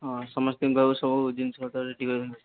ହଁ ସମସ୍ତଙ୍କୁ କହିବ ସବୁ ଜିନିଷ ପତ୍ର ରେଡି କରି